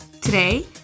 Today